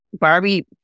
Barbie